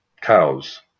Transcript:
cows